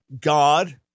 God